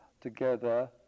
together